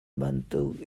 bantuk